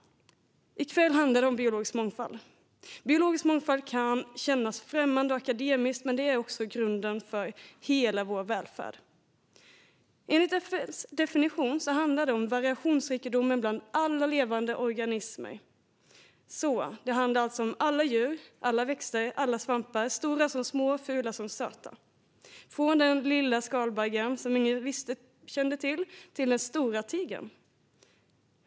I kväll handlar det om biologisk mångfald. Biologisk mångfald kan kännas främmande och akademiskt, men den är också grunden för hela vår välfärd. Enligt FN:s definition handlar det om variationsrikedomen bland alla levande organismer. Det handlar alltså om alla djur, alla växter, alla svampar, stora som små, fula som söta. Från den lilla skalbaggen som ingen kände till, till den stora tigern.